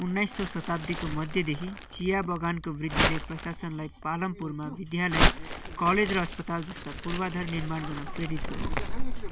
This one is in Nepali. उन्नाइसौँ शताब्दीको मध्यदेखि चिया बगानको वृद्धिले प्रशासनलाई पालमपुरमा विद्यालय कलेज र अस्पताल जस्ता पूर्वाधार निर्माण गर्न प्रेरित गर्यो